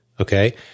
Okay